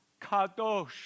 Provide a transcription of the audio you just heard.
Kadosh